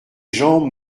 jambes